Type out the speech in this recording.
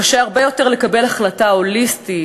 קשה הרבה יותר לקבל החלטה הוליסטית,